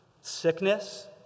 Sickness